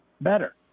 better